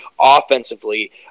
offensively